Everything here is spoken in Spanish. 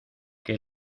que